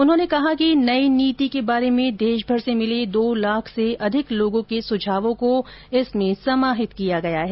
उन्होंने कहा कि नई शिक्षा नीति के बारे में देशभर से मिले दो लाख से अधिक लोगों के सुझावों को इस नीति में समाहित किया गया है